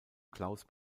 klaus